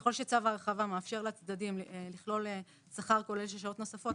שככל שצו ההרחבה מאפשר לצדדים לכלול שכר כולל של שעות נוספות,